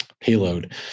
Payload